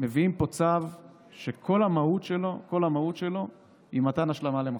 מביאים פה צו שכל המהות שלו היא מתן השלמה למחסור.